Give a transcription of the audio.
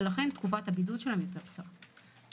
ולכן תקופת הבידוד שלהם קצרה יותר.